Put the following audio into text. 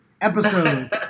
Episode